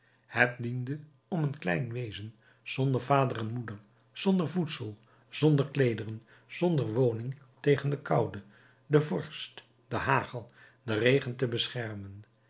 het diende om een klein wezen zonder vader en moeder zonder voedsel zonder kleederen zonder woning tegen de koude de vorst den hagel den regen te beschermen